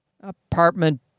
apartment